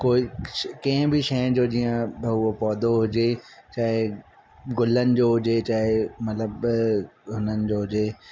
कोइ कंहिं बि शइ जो जीअं पौधो हुजे चाहे गुलनि जो हुजे चाहे मतिलबु हुननि जो हुजे